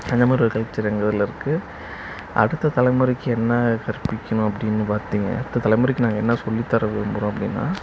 அந்த மாதிரி ஒரு கல்ச்சர் எங்கள் ஊரில் இருக்குது அடுத்த தலைமுறைக்கு என்ன கற்பிக்கணும் அப்படின்னு பார்த்தீங்கன்னா அடுத்தத் தலைமுறைக்கு நாங்கள் என்ன சொல்லித் தர விரும்பறோம் அப்படின்னா